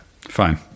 Fine